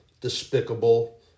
despicable